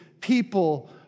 people